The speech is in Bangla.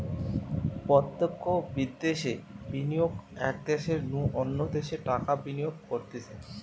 প্রত্যক্ষ বিদ্যাশে বিনিয়োগ এক দ্যাশের নু অন্য দ্যাশে টাকা বিনিয়োগ করতিছে